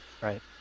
Right